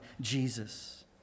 Jesus